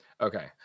Okay